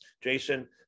Jason